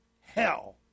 hell